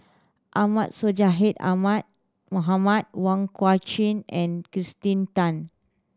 Ahmad Sonhadji Ahmad Mohamad Wong Kah Chun and Kirsten Tan